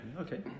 okay